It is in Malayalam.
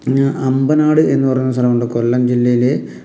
അമ്പനാട് എന്ന് പറയുന്ന ഒരു സ്ഥലമുണ്ട് കൊല്ലം ജില്ലയിലെ